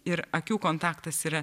ir akių kontaktas yra